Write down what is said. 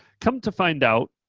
come to find out,